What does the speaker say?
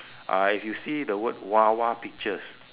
uh if you see the word wawa pictures